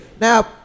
Now